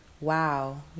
wow